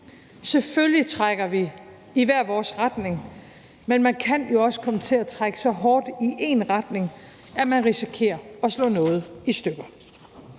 Selvfølgelig trækker vi i hver vores retning, men man kan jo også komme til at trække så hårdt i én retning, at man risikerer at slå noget i stykker.